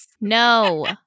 No